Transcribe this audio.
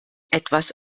etwas